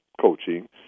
coaching